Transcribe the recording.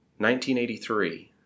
1983